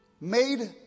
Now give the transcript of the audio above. made